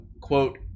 quote